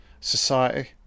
society